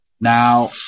Now